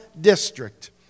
District